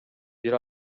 бир